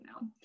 now